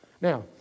Now